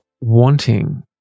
wanting